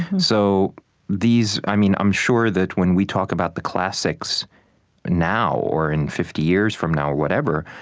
and so these, i mean, i'm sure that when we talk about the classics now or in fifty years from now, whatever,